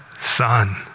son